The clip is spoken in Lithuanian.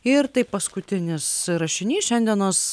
ir tai paskutinis rašinys šiandienos